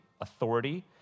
authority